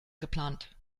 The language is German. geplant